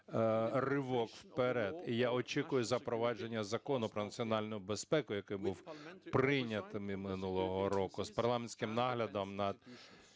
ривок вперед. І я очікую запровадження Закону про національну безпеку, який був прийнятий минулого року, з парламентським наглядом над